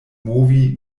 movi